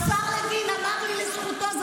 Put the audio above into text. אז אני רוצה לומר לך --- רק רגע,